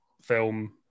film